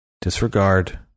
Disregard